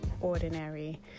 ordinary